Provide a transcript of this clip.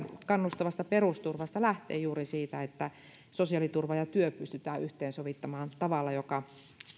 kannustavasta perusturvasta lähtee juuri siitä että sosiaaliturva ja työ pystytään yhteensovittamaan tavalla joka